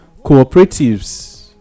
cooperatives